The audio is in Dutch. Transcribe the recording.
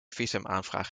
visumaanvraag